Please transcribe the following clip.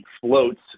floats